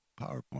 PowerPoint